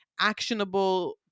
actionable